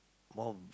more